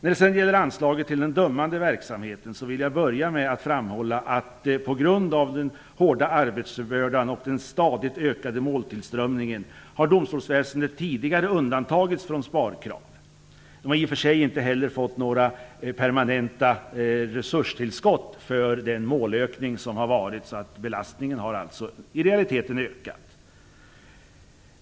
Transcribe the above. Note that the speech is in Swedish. Vad gäller anslaget till den dömande verksamheten vill jag börja med att framhålla, att på grund av den hårda arbetsbördan och den stadigt ökande måltillströmningen har domstolsväsendet tidigare undantagits från sparkrav. Det har i och för sig inte heller fått några permanenta resurstillskott för den målökning som har skett, så belastningen har i realiteten ökat.